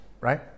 Right